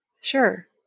Sure